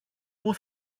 πού